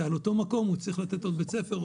על אותו מקום הוא צריך לתת עוד בית ספר,